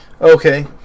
Okay